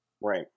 right